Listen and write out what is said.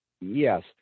Yes